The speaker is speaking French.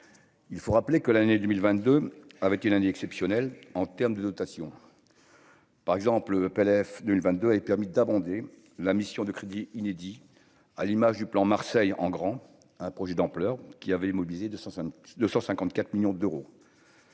il faut rappeler que l'année 2022 avec lundi exceptionnelle en termes de dotations par exemple le PLF 2 22 avait permis d'abonder la mission de crédit inédit, à l'image du plan Marseille en grand un projet d'ampleur qui avait mobilisé de 200 de 154 millions d'euros.